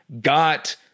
got